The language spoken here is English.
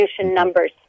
numbers